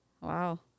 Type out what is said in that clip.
wow